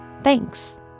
Thanks